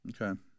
Okay